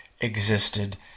existed